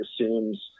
assumes